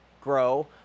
grow